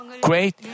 great